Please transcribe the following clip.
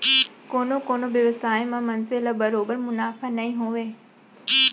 कोनो कोनो बेवसाय म मनसे ल बरोबर मुनाफा नइ होवय